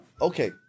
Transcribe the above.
okay